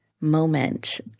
moment